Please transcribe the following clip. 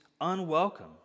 unwelcome